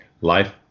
life